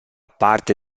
parte